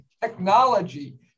technology